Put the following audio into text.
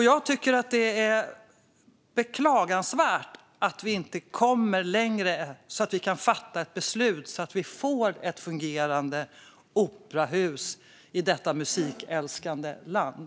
Jag tycker att det är beklagansvärt att vi inte kommer längre och kan fatta ett beslut så att vi får ett fungerande operahus i detta musikälskande land.